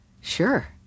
sure